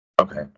Okay